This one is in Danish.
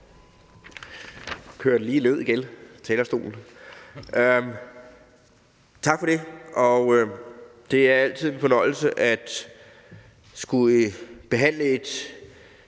ned igen. Det er altid en fornøjelse at skulle behandle et